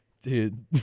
dude